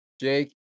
Jake